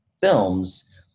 films